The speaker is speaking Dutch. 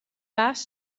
baas